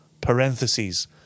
parentheses